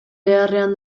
beharrean